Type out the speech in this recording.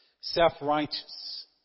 self-righteous